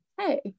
hey